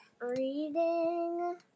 reading